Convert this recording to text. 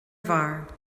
bhfear